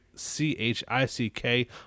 C-H-I-C-K